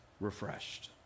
Refreshed